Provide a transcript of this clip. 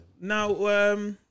now